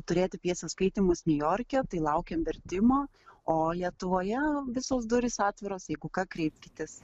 turėti pjesių skaitymus niujorke tai laukiam vertimo o lietuvoje visos durys atviros jeigu ką kreipkitės